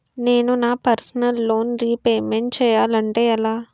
నేను నా personal loan repayment చేయాలంటే ఎలా?